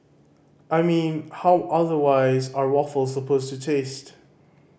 I mean how otherwise are waffles supposed to taste